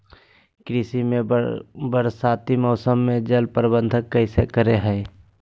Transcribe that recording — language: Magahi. कृषि में बरसाती मौसम में जल प्रबंधन कैसे करे हैय?